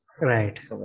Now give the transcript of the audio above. Right